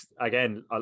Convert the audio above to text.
again